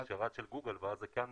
לשרת של גוגל, ואז זה כן מזוהה.